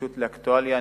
נגישות לאקטואליה,